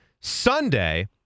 Sunday